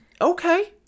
Okay